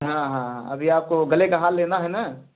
हाँ हाँ हाँ अभी आपको गले का हार लेना है ना